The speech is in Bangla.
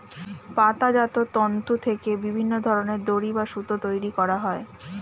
পাতাজাত তন্তু থেকে বিভিন্ন ধরনের দড়ি বা সুতো তৈরি করা হয়